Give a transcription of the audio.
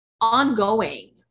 ongoing